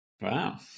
Wow